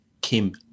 Kim